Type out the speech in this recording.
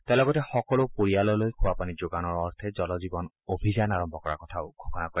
তেওঁ লগতে সকলো পৰিয়াললৈ খোৱা পানী যোগানৰ অৰ্থে জল জীৱন অভিযান আৰম্ভ কৰাৰ কথাও ঘোষণা কৰে